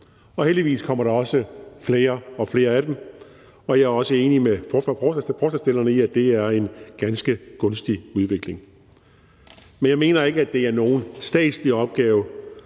Heldigvis kommer der også flere og flere af dem, og jeg er også enig med forslagsstillerne i, at det er en ganske gunstig udvikling. Men jeg mener ikke, at det er nogen statslig opgave.